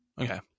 Okay